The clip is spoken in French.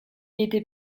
était